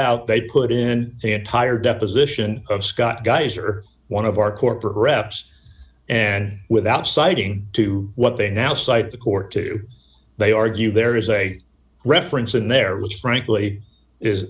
out they put in the entire deposition of scott geyser one of our corporate reps and without citing to what they now cite the court to they argue there is a reference in there which frankly